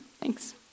Thanks